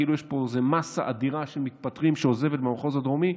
כאילו יש פה איזה מאסה אדירה של מתפטרים שעוזבת במחוז הדרומי,